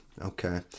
Okay